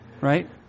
Right